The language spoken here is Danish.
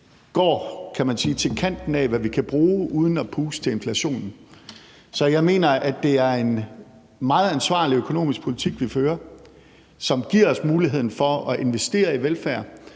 sige, til kanten af, hvad vi kan bruge, uden at puste til inflationen. Så jeg mener, det er en meget ansvarlig økonomisk politik, vi fører, som giver os muligheden for at investere i velfærd.